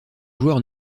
joueurs